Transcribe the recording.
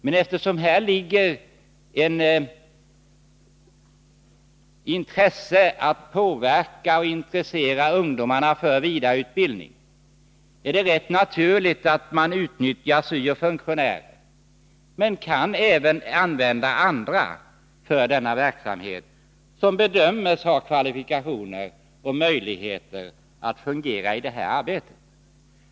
Men eftersom det här finns ett intresse av att påverka ungdomarna och intressera dem för vidareutbildning, är det rätt naturligt att man utnyttjar syo-funktionärer, men man kan även använda andra som bedöms ha kvalifikationer och möjligheter att fungera i det här arbetet.